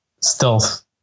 Stealth